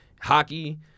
hockey